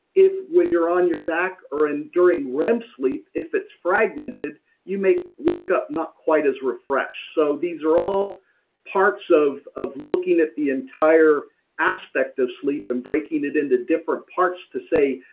if when you're on your back or and during rem sleep, if it's fragmented you may wake up not quite as refreshed. so these are all parts of of looking at the entire aspect of sleep, and breaking it into different parts to say,